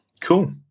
Cool